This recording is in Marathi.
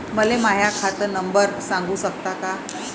मले माह्या खात नंबर सांगु सकता का?